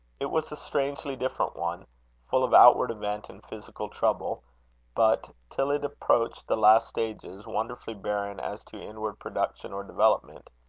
it was a strangely different one full of outward event and physical trouble but, till it approached the last stages, wonderfully barren as to inward production or development.